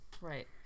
Right